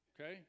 okay